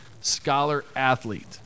Scholar-Athlete